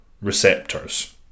receptors